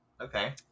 Okay